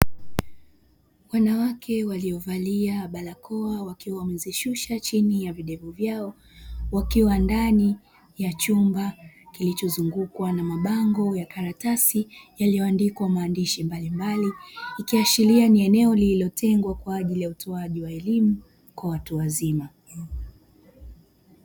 Wanawake waliovalia barakoa wakiwa wamezishusha chini ya videvu vyao wakiwa nadni ya chumba kilichozungukwa na mabango ya karatasi yaliyoandikwa maandishi mbalimbali, ikiashiria kuwa ni eneo lililotengwa kwa ajili ya utoaji wa elimu kwa watu wazima.